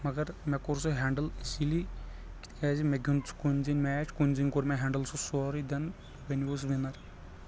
مگر مےٚ کوٚر سُہ ہٮ۪نٛڈٕل ایٖزیلی تِکیٛازِ مےٚ گیوٚنٛد سُہ کُنۍ زٔنۍ میچ کُنۍ زٔنۍ کوٚر مےٚ سُہ ہٮ۪نٛڈٕل سورُے دینۍ بنیوٕس وِنر